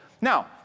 Now